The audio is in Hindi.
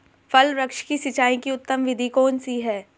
फल वृक्ष की सिंचाई की उत्तम विधि कौन सी है?